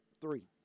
three